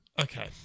Okay